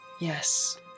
Yes